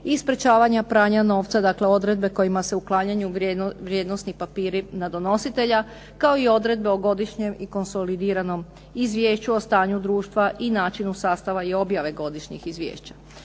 i sprječavanja pranja novca. Dakle, odredbe kojima se uklanjaju vrijednosni papiri na donositelja kao i odredbe o godišnjem i konsolidiranom izvješću o stanju društva i načinu sastava i objave godišnjih izvješća.